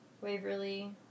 Waverly